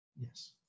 Yes